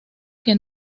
que